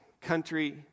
Country